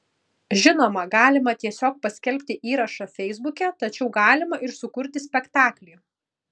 žinoma galima tiesiog paskelbti įrašą feisbuke tačiau galima ir sukurti spektaklį